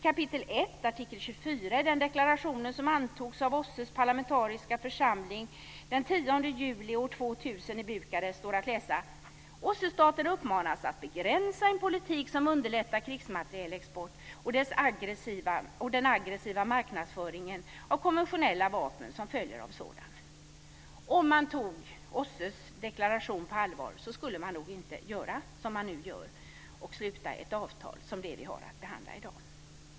I kap. 1, artikel 24 i den deklaration som antogs av OSSE:s parlamentariska församling den 10 juli år 2000 i Bukarest står det att läsa: "OSSE-staterna uppmanas att begränsa en politik som underlättar krigsmaterielexport och den aggressiva marknadsföring av konventionella vapen som följer av en sådan." Om man tog OSSE:s deklaration på allvar skulle man nog inte göra som man nu gör och sluta ett avtal som det vi har att behandla i dag.